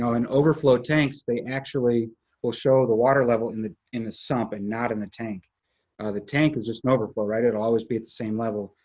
know, and overflow tanks, they actually will show the water level in the in the sump and not in the tank the tank is just an overflow, right, it'll always be at the same level,